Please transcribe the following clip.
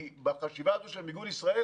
כי בחשיבה הזאת של מיגון ישראל,